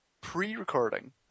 pre-recording